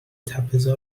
تپهزار